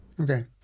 Okay